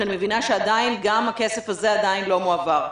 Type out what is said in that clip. שאני מבינה שעדיין גם הכסף הזה עדיין לא מועבר.